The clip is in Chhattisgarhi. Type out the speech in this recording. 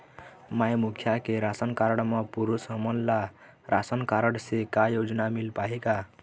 माई मुखिया के राशन कारड म पुरुष हमन ला रासनकारड से का योजना मिल पाही का?